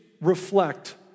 reflect